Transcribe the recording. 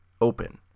Open